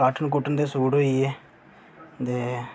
carton कुटन दे suit होई ग ते